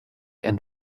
and